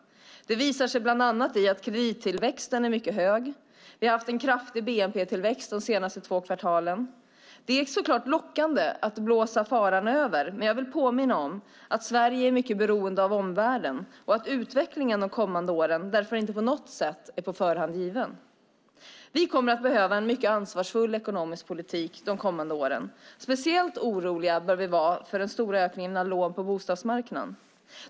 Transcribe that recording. Det visar sig bland annat i att kredittillväxten är mycket hög, och vi har haft en kraftig bnp-tillväxt de senaste två kvartalen. Det är såklart lockande att blåsa faran över, men jag vill påminna om att Sverige är mycket beroende av omvärlden och att utvecklingen de kommande åren därför inte på något sätt är på förhand given. Vi kommer att behöva en mycket ansvarsfull ekonomisk politik de kommande åren. Speciellt oroliga bör vi vara för den stora ökningen av lån på bostadsmarknaden.